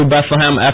Bethlehem